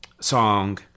song